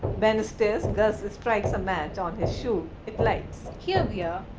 ben stays gus strikes a match on his shoe, it lights. here we are.